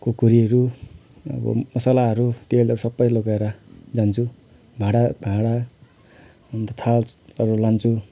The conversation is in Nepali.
खुकुरीहरू अब मसलाहरू तेलहरू सबै लिएर जान्छु भाँडा भाँडा अन्त थालहरू लान्छु